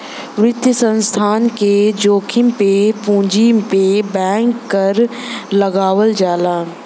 वित्तीय संस्थान के जोखिम पे पूंजी पे बैंक कर लगावल जाला